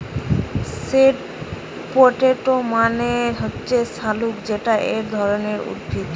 sweet potato মানে হচ্ছে শাকালু যেটা এক ধরণের উদ্ভিদ